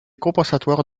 compensatoire